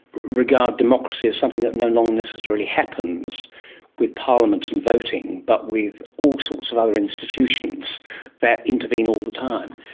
regard democracy as something that no longer necessarily happens with parliaments and voting but with all sorts of other institutions that intervene all the time.